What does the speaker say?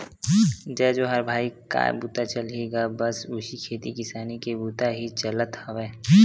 जय जोहार भाई काय बूता चलही गा बस उही खेती किसानी के बुता ही चलत हवय